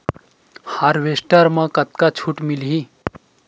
Harvester म कतका छूट मिलही?